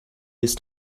ist